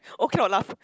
oh cannot laugh